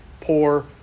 poor